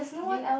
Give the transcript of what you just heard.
due